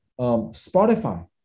Spotify